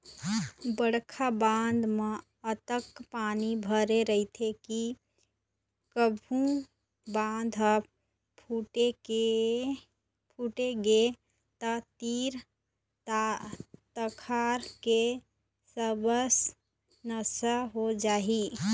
बड़का बांध म अतका पानी भरे रहिथे के कभू बांध ह फूटगे त तीर तखार के सरबस नाश हो जाही